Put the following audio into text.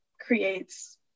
creates